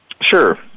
Sure